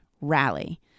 rally